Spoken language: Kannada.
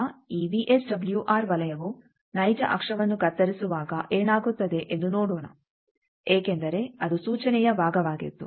ಆದ್ದರಿಂದ ಈ ವಿಎಸ್ಡಬ್ಲ್ಯೂಆರ್ ವಲಯವು ನೈಜ ಅಕ್ಷವನ್ನು ಕತ್ತರಿಸುವಾಗ ಏನಾಗುತ್ತದೆ ಎಂದು ನೋಡೋಣ ಏಕೆಂದರೆ ಅದು ಸೂಚನೆಯ ಭಾಗವಾಗಿತ್ತು